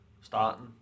starting